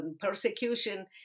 persecution